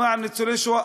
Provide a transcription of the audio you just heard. למען ניצולי השואה,